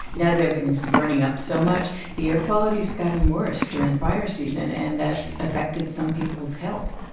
now that everything's burning up so much, the air quality's gotten worse during fire season, and that's affected some people's health